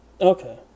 Okay